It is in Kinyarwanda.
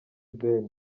ben